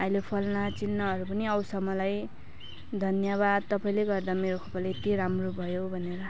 अहिले फलना चिलनाहरू पनि आउँछ मलाई धन्यवाद तपाईँले गर्दा मेरो कपाल यति राम्रो भयो भनेर